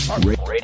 Radio